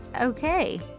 okay